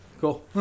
Cool